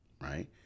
right